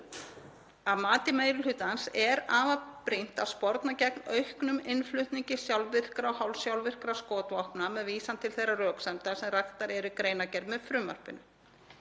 Að mati meiri hlutans er afar brýnt að sporna gegn auknum innflutningi sjálfvirkra og hálfsjálfvirkra skotvopna með vísan til þeirra röksemda sem raktar eru í greinargerð með frumvarpinu.